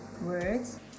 Words